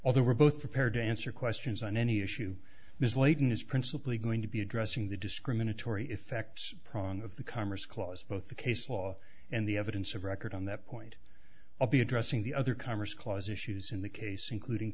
although we're both prepared to answer questions on any issue ms laden is principally going to be addressing the discriminatory effects pronk of the commerce clause both the case law and the evidence of record on that point i'll be addressing the other commerce clause issues in the case including